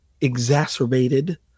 exacerbated